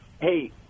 hey